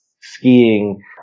skiing